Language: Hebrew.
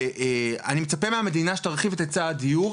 אני מצפה מהמדינה שתרחיב את היצע הדיור,